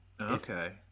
Okay